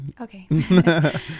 Okay